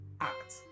act